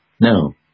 No